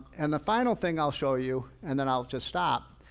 and the final thing i'll show you and then i'll just stop.